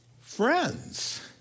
friends